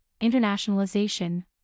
internationalization